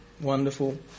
Wonderful